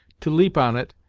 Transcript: to leap on it,